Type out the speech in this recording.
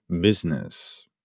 business